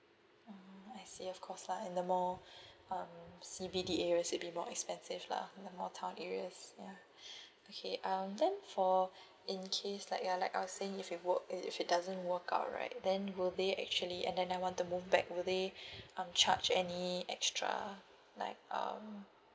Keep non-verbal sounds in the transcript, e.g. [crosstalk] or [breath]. mmhmm I see of course lah and the more [breath] um C_B_D areas it'll be more expensive lah in a more town areas ya [breath] okay um then for in case like uh like I was saying if it work i~ if it doesn't work out right then will they actually and then I want to move back will they [breath] um charge any extra like um